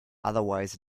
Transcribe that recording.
otherwise